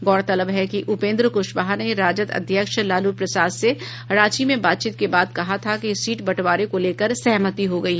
गौरतलब है कि उपेन्द्र क्शवाहा ने राजद अध्यक्ष लालू प्रसाद से रांची में बातचीत के बाद कहा था कि सीट बंटवारे को लेकर सहमति हो गयी